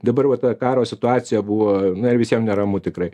dabar va ta karo situacija buvo na ir visiem neramu tikrai